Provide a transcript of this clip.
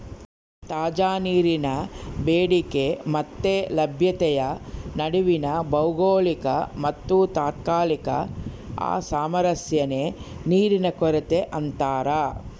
ತಾಜಾ ನೀರಿನ ಬೇಡಿಕೆ ಮತ್ತೆ ಲಭ್ಯತೆಯ ನಡುವಿನ ಭೌಗೋಳಿಕ ಮತ್ತುತಾತ್ಕಾಲಿಕ ಅಸಾಮರಸ್ಯನೇ ನೀರಿನ ಕೊರತೆ ಅಂತಾರ